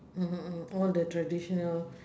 mm mm mm all the traditional